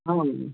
हँ